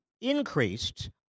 increased